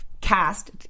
cast